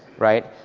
right?